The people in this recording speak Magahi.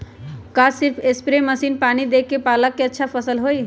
का सिर्फ सप्रे मशीन से पानी देके पालक के अच्छा फसल होई?